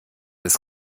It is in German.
ist